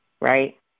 right